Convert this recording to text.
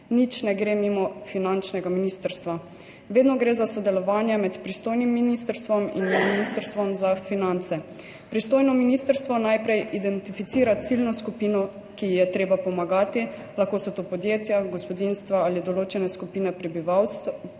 Nič ne gre mimo finančnega ministrstva. Vedno gre za sodelovanje med pristojnim ministrstvom in Ministrstvom za finance. Pristojno ministrstvo najprej identificira ciljno skupino, ki ji je treba pomagati, lahko so to podjetja, gospodinjstva ali določene skupine prebivalstva,